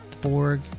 Borg